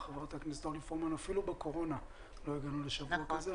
אפילו בקורונה לא הגענו לשבוע כזה,